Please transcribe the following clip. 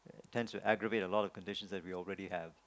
tends to aggravate a lot of conditions that we already have